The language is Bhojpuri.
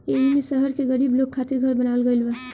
एईमे शहर के गरीब लोग खातिर घर बनावल गइल बा